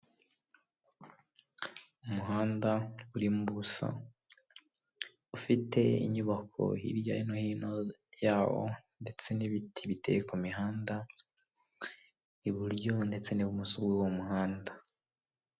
Umuhanda urimo ubusa ufite inyubako hirya no hino yawo ndetse n'ibiti biteye ku mihanda iburyo ndetse n'ibumoso bw'uwo muhanda.